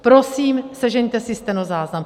Prosím, sežeňte si stenozáznam.